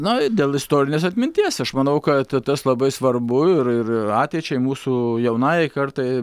na dėl istorinės atminties aš manau kad tas labai svarbu ir ir ateičiai mūsų jaunajai kartai